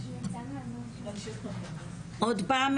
התמקדנו השנה בהנחיות שמאחדות פורמט